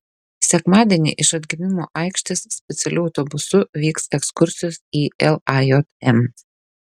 sekmadienį iš atgimimo aikštės specialiu autobusu vyks ekskursijos į lajm